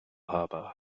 harbor